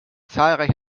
zahlreiche